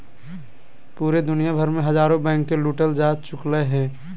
पूरे दुनिया भर मे हजारो बैंके लूटल जा चुकलय हें